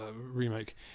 remake